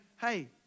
hey